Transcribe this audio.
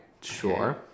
Sure